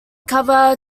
cover